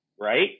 right